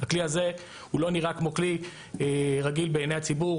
הכלי הזה הוא נראה כמו כלי רגיל בעיניי הציבור,